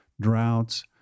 droughts